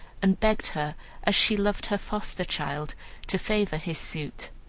and begged her as she loved her foster-child to favor his suit.